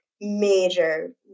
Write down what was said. major